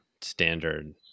standard